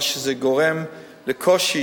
מה שגורם לקושי,